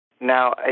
now